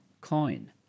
coin